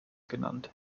genannt